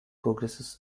progresses